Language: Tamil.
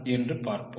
என்று பார்ப்போம்